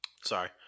Sorry